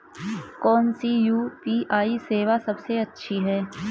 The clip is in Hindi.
कौन सी यू.पी.आई सेवा सबसे अच्छी है?